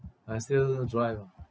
I still drive ah